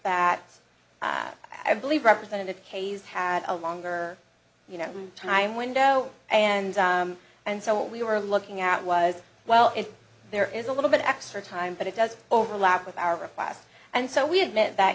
that i believe represented a case had a longer you know time window and and so what we were looking at was well if there is a little bit extra time but it does overlap with our request and so we admit that